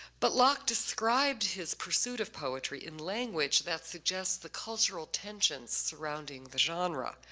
but locke described his pursuit of poetry in language that suggests the cultural tensions surrounding the genre.